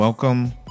Welcome